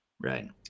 right